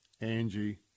Angie